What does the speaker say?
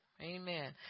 Amen